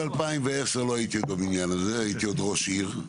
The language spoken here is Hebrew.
ב-2010 לא הייתי בבניין הזה ועדיין הייתי ראש עיר.